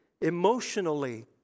emotionally